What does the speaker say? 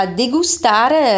degustare